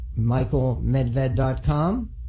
michaelmedved.com